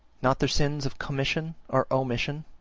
not their sins of commission or omission,